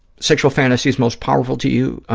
sexual fantasies most powerful to you.